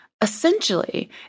Essentially